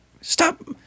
Stop